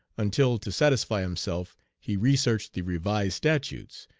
until to satisfy himself he searched the revised statutes,